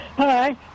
Hi